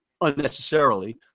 unnecessarily